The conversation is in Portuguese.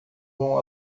vão